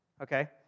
okay